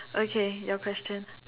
okay your question